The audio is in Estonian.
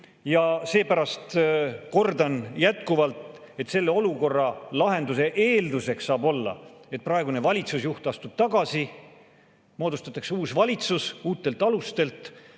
Ja seepärast kordan jätkuvalt, et selle olukorra lahenduse eeldus saab olla, et praegune valitsusjuht astub tagasi, moodustatakse uus valitsus uutel alustel,